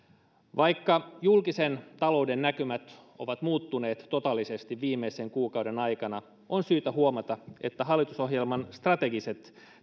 vaikka julkisen talouden näkymät ovat muuttuneet totaalisesti viimeisen kuukauden aikana on syytä huomata että hallitusohjelman strategiset